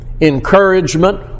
encouragement